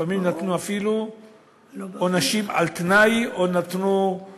לפעמים נתנו אפילו עונשים על תנאי או אפילו